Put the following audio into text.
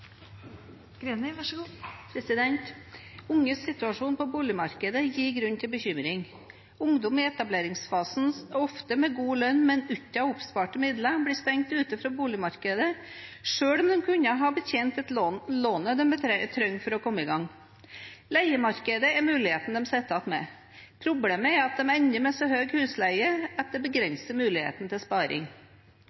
Unges situasjon på boligmarkedet gir grunn til bekymring. Ungdom i etableringsfasen, ofte med god lønn, men uten oppsparte midler, blir stengt ute fra boligmarkedet selv om de kunne ha betjent det lånet de trenger for å komme i gang. Leiemarkedet er muligheten de sitter igjen med. Problemet er at de ender med så høy husleie at det